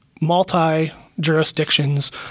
multi-jurisdictions